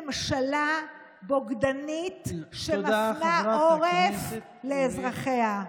ביהודה ושומרון היא ממשלה בוגדנית שמפנה עורף לאזרחיה.